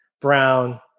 Brown